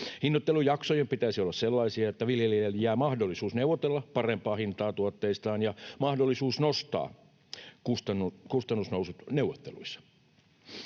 Hinnoittelujaksojen pitäisi olla sellaisia, että viljelijälle jää mahdollisuus neuvotella parempaa hintaa tuotteistaan ja mahdollisuus nostaa kustannusnousut esiin neuvotteluissa.